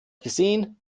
gesehen